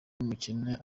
w’umukene